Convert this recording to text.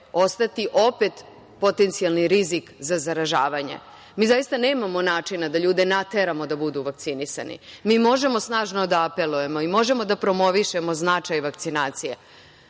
ostati opet potencijalni rizik za zaražavanje. Mi zaista nemamo načina da ljude nateramo da budu vakcinisani. Mi možemo snažno da apelujemo i možemo da promovišemo značaj vakcinacije,